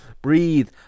Breathe